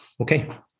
okay